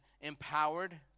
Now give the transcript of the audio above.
empowered